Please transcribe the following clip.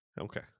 Okay